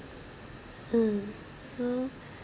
um so